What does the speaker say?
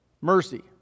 Mercy